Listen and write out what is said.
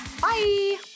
Bye